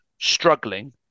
struggling